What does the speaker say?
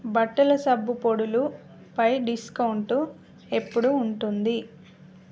బట్టల సబ్బు పొడులుపై డిస్కౌంటు ఎప్పుడు ఉంటుంది